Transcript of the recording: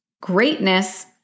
greatness